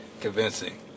convincing